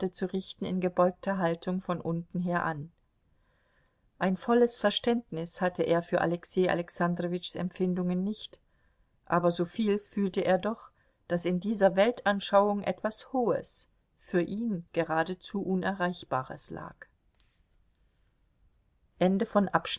zu richten in gebeugter haltung von unten her an ein volles verständnis hatte er für alexei alexandrowitschs empfindungen nicht aber so viel fühlte er doch daß in dieser weltanschauung etwas hohes für ihn geradezu unerreichbares lag